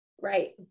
Right